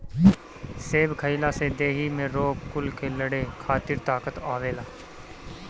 सेब खइला से देहि में रोग कुल से लड़े खातिर ताकत आवेला